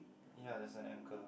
ya there's an anchor